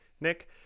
nick